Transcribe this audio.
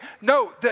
no